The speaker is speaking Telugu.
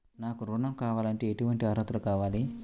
నాకు ఋణం కావాలంటే ఏటువంటి అర్హతలు కావాలి?